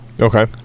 Okay